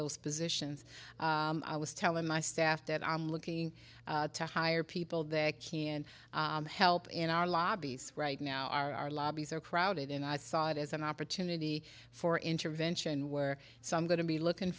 those positions i was telling my staff that i'm looking to hire people that can help in our lobbies right now our lobbies are crowded and i saw it as an opportunity for intervention where so i'm going to be looking